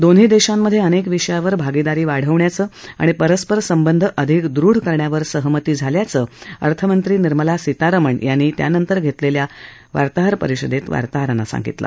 दोन्ही देशांमधे अनेक विषयावर भागीदारी वाढवण्याचं आणि परस्पर संबंध अधिक दृढ करण्यावर सहमती झाल्याचं अर्थमंत्री निर्मला सीतारामन यांनी या परिषदेनंतर वार्ताहारांना सांगितलं